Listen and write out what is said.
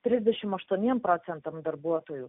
trisdešim aštuoniem procentams darbuotojų